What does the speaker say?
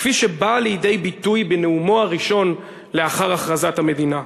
כפי שבאה לידי ביטוי בנאומו הראשון לאחר הכרזת המדינה.